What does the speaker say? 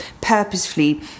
purposefully